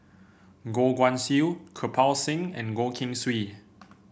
Goh Guan Siew Kirpal Singh and Goh Keng Swee